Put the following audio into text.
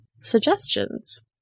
suggestions